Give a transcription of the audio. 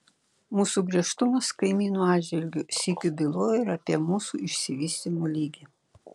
mūsų griežtumas kaimynų atžvilgiu sykiu byloja ir apie mūsų išsivystymo lygį